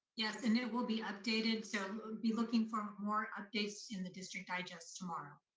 yes, and it will be updated, so be looking for more updates in the district digest tomorrow.